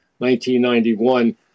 1991